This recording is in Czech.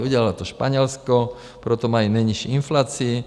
Udělalo to Španělsko, proto mají nejnižší inflaci.